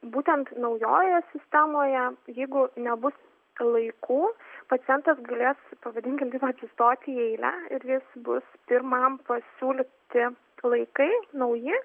būtent naujojoje sistemoje jeigu nebus laikų pacientas galės pavadinkim taip atsistoti į eilę ir jis bus pirmą pasiūlyti laikai nauji